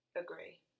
Agree